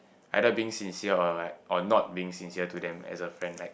either being sincere or what or not being sincere to them as a friend like